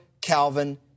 Calvin